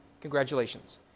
Congratulations